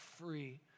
free